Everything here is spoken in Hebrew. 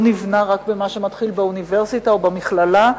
נבנים רק במה שנבנה באוניברסיטה או במכללה,